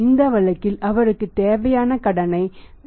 இந்த வழக்கில் அவருக்கு தேவையான கடனை 10